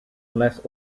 unless